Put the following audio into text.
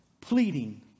pleading